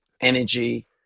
energy